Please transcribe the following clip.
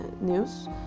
news